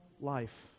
life